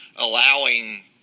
allowing